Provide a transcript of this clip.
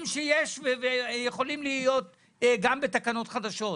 אני לא שולל דברים שיש ויכולים להיות גם בתקנות חדשות.